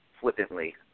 flippantly